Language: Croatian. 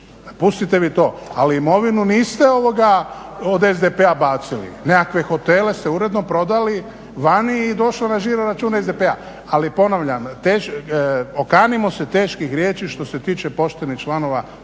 Pustite vi to, ali imovinu niste od SDP-a bacili, nekakve hotele ste uredno prodali vani i došlo na žiro račun SDP-a. Ali ponavljam, okanimo se teških riječi što se tiče poštenih članova